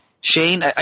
Shane